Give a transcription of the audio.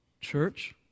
church